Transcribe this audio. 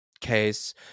case